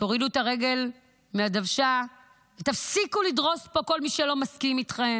תורידו את הרגל מהדוושה ותפסיקו לדרוס פה כל מי שלא מסכים איתכם.